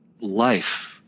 life